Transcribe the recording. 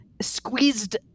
squeezed